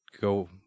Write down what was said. go